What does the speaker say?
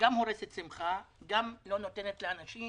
גם הורסת שמחה, גם לא נותנת לאנשים